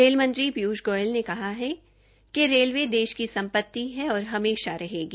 rail मंत्री पीयूष गोयल ने कहा कि रेलवे देश के सम्पति है और हमेशा रहेगी